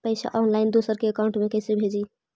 पैसा ऑनलाइन दूसरा के अकाउंट में कैसे भेजी?